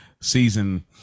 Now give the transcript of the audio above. season